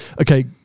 okay